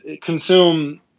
consume